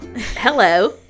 Hello